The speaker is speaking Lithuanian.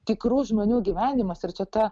tikrų žmonių gyvenimus ir čia ta